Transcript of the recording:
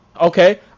okay